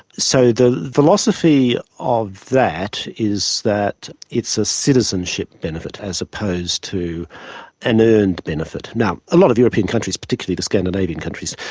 so the philosophy of that is that it's a citizenship benefit as opposed to an earned benefit. now, a lot of european countries, particularly the scandinavian countries,